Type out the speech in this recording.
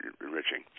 enriching